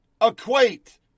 equate